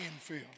field